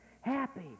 Happy